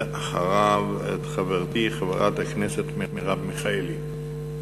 ואחריו, את חברתי חברת הכנסת מרב מיכאלי.